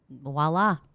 voila